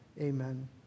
amen